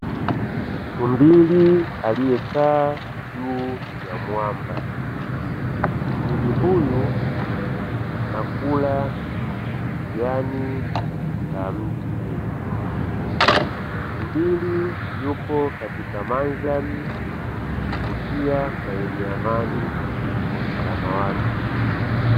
Tumbili aliyekaa juu mwamba, tumbili huyu anakula jani la mti. Tumbili yupo katika mandhari ya kuvutia na yenye amani kwa usalama wake.